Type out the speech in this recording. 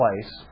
place